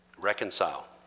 Reconcile